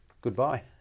goodbye